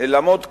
לעמוד כאן,